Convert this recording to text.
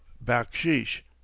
Bakshish